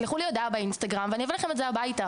שלחו לי הודעה באינסטגרם ואני אביא לכם את זה הביתה,